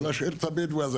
ולהשאיר את הבדואי הזה.